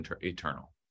Eternal